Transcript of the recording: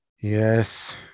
Yes